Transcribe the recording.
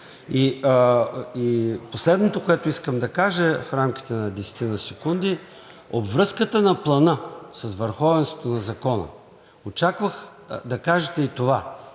И последното, което искам да кажа в рамките на 10-ина секунди. От връзката на Плана с върховенството на закона очаквах да кажете и това: